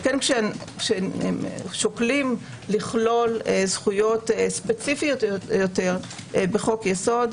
על כן כששוקלים לכלול זכויות ספציפיות יותר בחוק יסוד,